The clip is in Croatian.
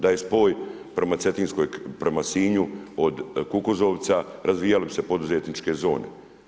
Da je spoj prema Sinju od Kukuzovca, razvijale bi se poduzetničke zone.